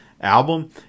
album